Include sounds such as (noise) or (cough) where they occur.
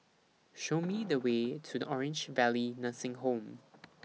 Show Me (noise) The Way to Orange Valley Nursing Home